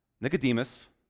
Nicodemus